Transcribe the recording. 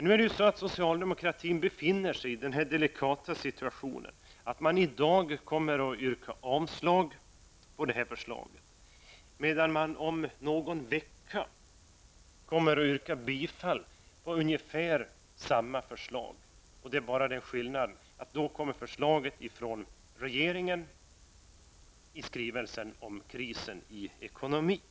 Nu befinner sig socialdemokraterna i den delikata situationen att de i dag kommer att yrka avslag på det här förslaget, medan man om någon vecka kommer att yrka bifall till ungefär samma förslag. Skillnaden är bara den att då kommer förslaget från regeringen i skrivelsen om krisen i ekonomin.